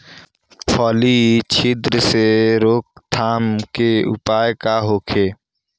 फली छिद्र से रोकथाम के उपाय का होखे?